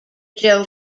joe